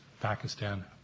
Pakistan